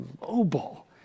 global